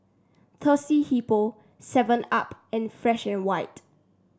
Thirsty Hippo Seven Up and Fresh And White